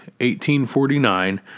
1849